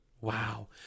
Wow